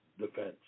defense